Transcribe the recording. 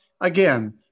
again